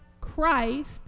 Christ